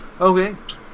okay